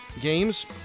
games